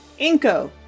Inko